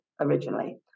originally